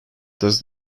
does